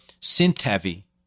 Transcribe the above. synth-heavy